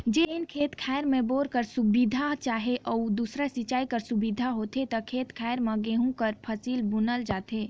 जेन खेत खाएर में बोर कर सुबिधा चहे अउ दूसर सिंचई कर सुबिधा होथे ते खेत खाएर में गहूँ कर फसिल बुनल जाथे